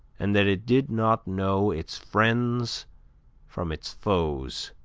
and that it did not know its friends from its foes,